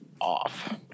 off